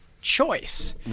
choice